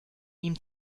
ihm